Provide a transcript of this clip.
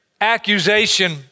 accusation